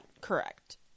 Correct